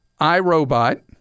iRobot